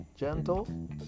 gentle